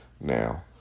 Now